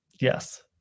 Yes